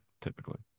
typically